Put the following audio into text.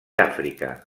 àfrica